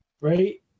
right